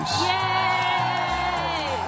Yay